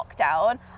lockdown